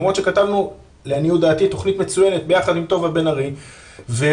למרות שכתבנו לעניות דעתי תכנית מצוינת יחד עם טובה בן ארי והבאנו